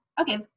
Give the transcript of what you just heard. Okay